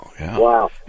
Wow